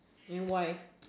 then why